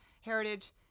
Heritage